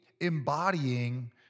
embodying